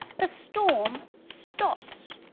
the storm stops.